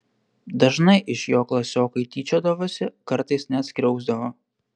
dažnai iš jo klasiokai tyčiodavosi kartais net skriausdavo